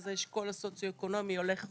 אז האשכול הסוציו-אקונומי הולך ויורד.